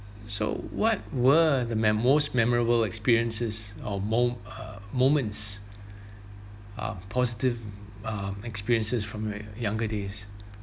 so what were the mem~ most memorable experiences or mo~ uh moments uh positive um experiences from your younger days